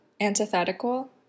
Antithetical